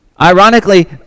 Ironically